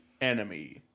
enemy